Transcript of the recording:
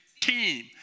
team